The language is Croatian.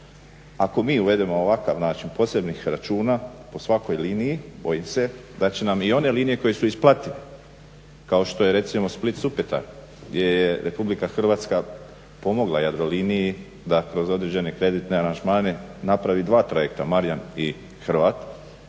Ako mi uvedemo ovakav način posebnih računa po svakoj liniji bojim se da će nam i one linije koje su isplative kao što je recimo Split – Supetar gdje je Republika Hrvatska pomogla Jadroliniji da kroz određene kreditne aranžmane napravi dva trajekta Marjan i Hrvat,